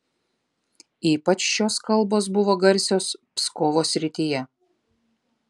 ypač šios kalbos buvo garsios pskovo srityje